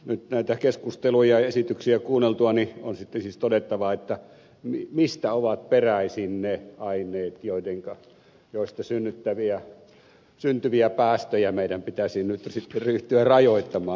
nyt näitä keskusteluja ja esityksiä kuunneltuani on sitten siis todettava mistä ovat peräisin ne aineet joista syntyviä päästöjä meidän pitäisi nyt sitten ryhtyä rajoittamaan